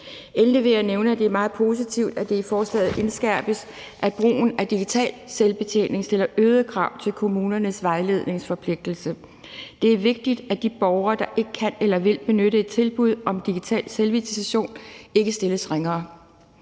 Endelig vil jeg nævne, at det er meget positivt, at det i forslaget indskærpes, at brugen af digital selvbetjening stiller øgede krav til kommunernes vejledningsforpligtelse. Det er vigtigt, at de borgere, der ikke kan eller vil benytte et tilbud om digital selvvisitation, ikke stilles ringere.